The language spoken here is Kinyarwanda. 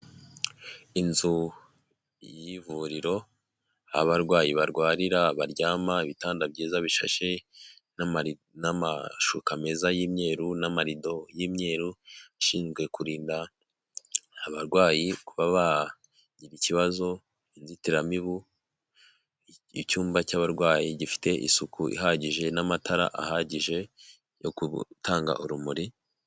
Inzu y'ivuriro aho abarwayi barwarira baryama ibitanda byiza bishashe n'amashuka meza y'imyeru, n'amarido y'imyeru ishinzwe kurinda abarwayi kuba bagira ikibazo inzitiramibu, icyumba cy'abarwayi gifite isuku ihagije n'amatara ahagije yo gutanga urumuri.